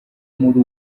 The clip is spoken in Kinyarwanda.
muri